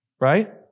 right